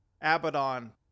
Abaddon